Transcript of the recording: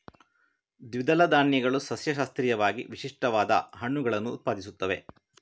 ದ್ವಿದಳ ಧಾನ್ಯಗಳು ಸಸ್ಯಶಾಸ್ತ್ರೀಯವಾಗಿ ವಿಶಿಷ್ಟವಾದ ಹಣ್ಣುಗಳನ್ನು ಉತ್ಪಾದಿಸುತ್ತವೆ